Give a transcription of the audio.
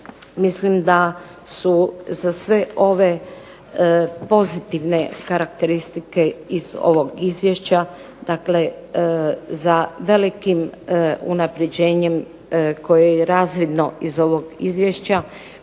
mislim da su za sve pozitivne karakteristike iz ovog Izvješća, dakle za velikim unapređenjem koje je razvidno iz ovog Izvješća